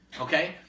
Okay